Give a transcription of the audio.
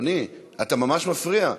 אדוני, אתה ממש מפריע.